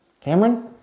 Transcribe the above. Cameron